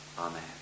Amen